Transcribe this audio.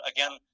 Again